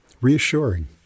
reassuring